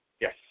Yes